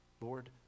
Lord